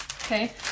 Okay